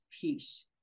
peace